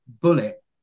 Bullet